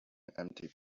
empty